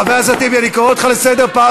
קראתי אותו לסדר.